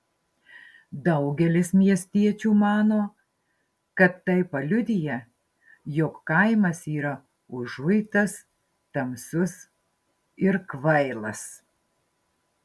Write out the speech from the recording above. daugelis miestiečių mano kad tai paliudija jog kaimas yra užuitas tamsus ir kvailas